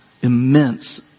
immense